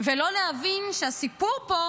ולא להבין שהסיפור פה